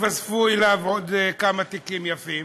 התווספו אליו עוד כמה תיקים יפים.